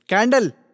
Candle